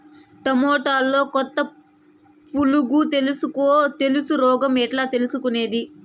టమోటాలో కొత్త పులుగు తెలుసు రోగం ఎట్లా తెలుసుకునేది?